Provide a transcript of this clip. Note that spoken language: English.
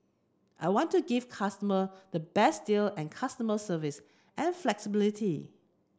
I want to give consumers the best deal and customer service and flexibility